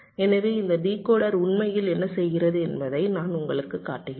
எனவே இந்த டிகோடர் உண்மையில் என்ன செய்கிறது என்பதை நான் உங்களுக்கு காட்டுகிறேன்